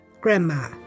Grandma